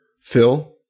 Phil